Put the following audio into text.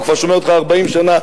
הוא כבר שומע אותך 40 שנה,